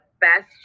best